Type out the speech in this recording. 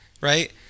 right